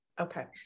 okay